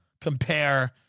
Compare